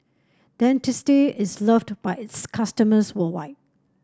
Dentiste is loved by its customers worldwide